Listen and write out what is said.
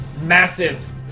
Massive